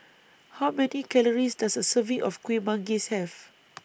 How Many Calories Does A Serving of Kuih Manggis Have